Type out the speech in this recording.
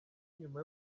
nyuma